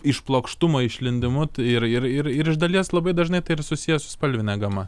iš plokštumą išlindimu ir ir ir iš dalies labai dažnai tai ir susiję su spalvine gama